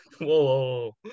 whoa